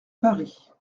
paris